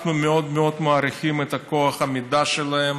אנחנו מאוד מאוד מעריכים את כוח העמידה שלהם,